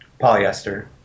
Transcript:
Polyester